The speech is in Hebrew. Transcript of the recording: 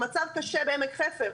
המצב קשה בעמק חפר,